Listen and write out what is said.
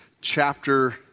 chapter